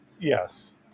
Yes